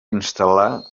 instal·lar